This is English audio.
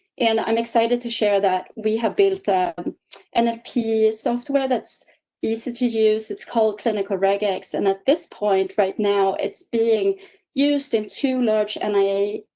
and i'm excited to share that. we have built ah um and a software that's easy to use. it's called clinical rag x. and at this point, right now it's being used him too large. and i,